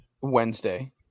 Wednesday